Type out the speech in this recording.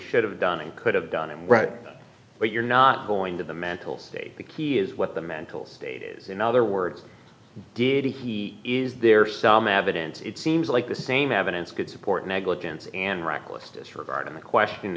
should have done and could have done it right but you're not going to the mental state the key is what the mental state is in other words did he is there some evidence it seems like the same evidence could support negligence and reckless disregard of the question